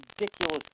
ridiculous